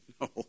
no